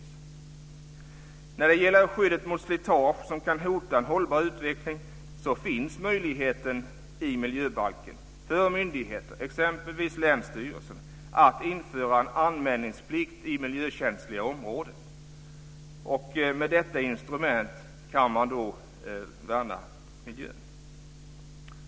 När det gäller skyddet mot slitage som kan hota en hållbar utveckling finns möjligheten i miljöbalken för myndigheter, exempelvis länsstyrelsen, att införa en anmälningsplikt i miljökänsliga områden. Med detta instrument kan man värna miljön.